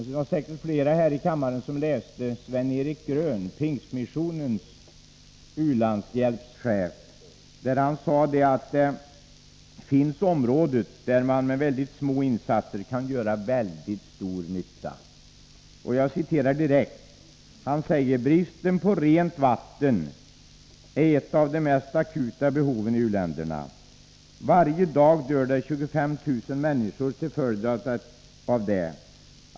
Det var säkert flera här i kammaren som läste vad Sven-Erik Grön, föreståndare för Pingstmissionens u-landshjälp, skrev i tidningen Dagen. Han påpekade att det finns områden där man med mycket små insatser kan göra väldigt stor nytta. Han säger: ” Bristen på rent vatten är ett av de mest akuta behoven i U-länderna. Varje dag dör 25 000 människor till följd av det.